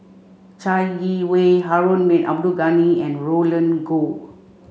Chai Yee Wei Harun bin Abdul Ghani and Roland Goh